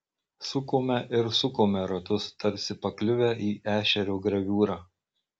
sukome ir sukome ratus tarsi pakliuvę į ešerio graviūrą